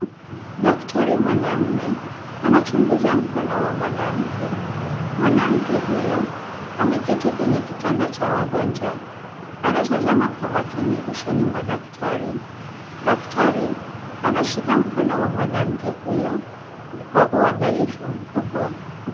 Daktari mwanamme anachunguza mkono wa mwanamke, mwanamke huyo ameketi kwenye kitanda cha wagonjwa, anatazama kwa makini usoni kwa daktari, daktari anashika mkono wa mwanamke huyo kwa uangalifu mkubwa.